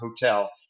hotel